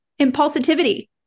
impulsivity